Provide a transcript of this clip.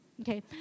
Okay